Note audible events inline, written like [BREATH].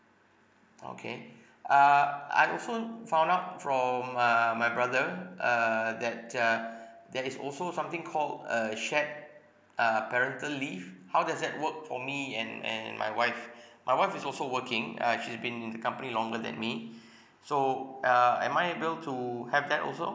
okay [BREATH] err I also found out from uh my brother uh that uh [BREATH] there is also something called a shared uh parental leave how does that work for me and and my wife [BREATH] my wife is also working uh she's been in the company longer than me [BREATH] so uh am I able to have that also